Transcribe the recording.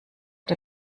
der